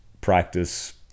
practice